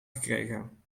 gekregen